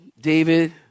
David